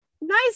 nice